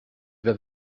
vas